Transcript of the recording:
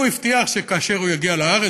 הוא הבטיח שכאשר הוא יגיע לארץ,